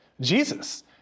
Jesus